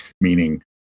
meaning